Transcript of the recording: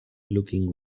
looking